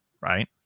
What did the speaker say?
right